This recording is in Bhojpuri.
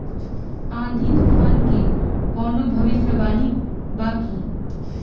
आँधी तूफान के कवनों भविष्य वानी बा की?